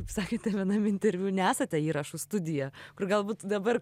kaip sakėte vienam interviu nesate įrašų studija kur galbūt dabar